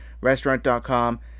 Restaurant.com